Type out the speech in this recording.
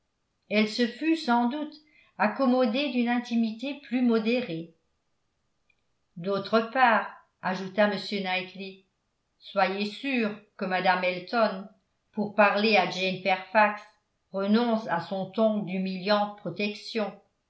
elle se fût sans doute accommodée d'une intimité plus modérée d'autre part ajouta m knightley soyez sûre que mme elton pour parler à jane fairfax renonce à son ton d'humiliante protection